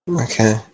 Okay